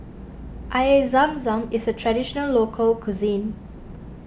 Air Zam Zam is a Traditional Local Cuisine